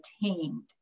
attained